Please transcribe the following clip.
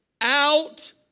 out